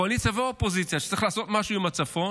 קואליציה ואופוזיציה, שצריך לעשות משהו עם הצפון.